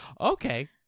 Okay